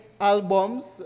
albums